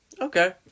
Okay